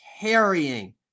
carrying